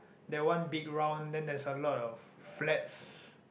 that one big round then that's a lot of flats